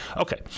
Okay